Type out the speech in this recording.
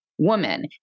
Woman